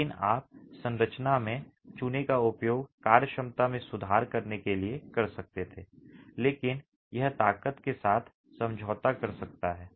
लेकिन आप संरचना में चूने का उपयोग कार्य क्षमता में सुधार करने के लिए कर सकते थे लेकिन यह ताकत के साथ समझौता कर सकता है